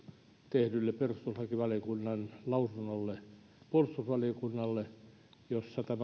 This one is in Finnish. tehdylle perustuslakivaliokunnan lausunnolle puolustusvaliokunnalle jossa tämä